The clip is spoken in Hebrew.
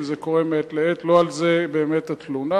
זה קורה מעת לעת, ולא על זה באמת התלונה.